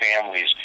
families